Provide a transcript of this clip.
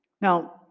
Now